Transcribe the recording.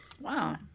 Wow